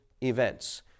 events